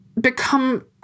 become